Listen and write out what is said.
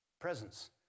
Presence